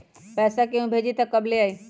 पैसा केहु भेजी त कब ले आई?